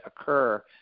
occur